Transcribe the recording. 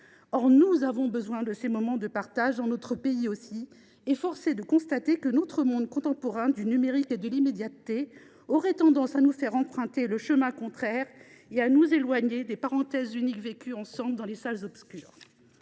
Nous avons besoin de ces moments de partage, et notre pays aussi. Or force est de constater que notre monde contemporain du numérique et de l’immédiateté aurait tendance à nous faire emprunter le chemin contraire et à nous éloigner des parenthèses uniques vécues ensemble dans les salles obscures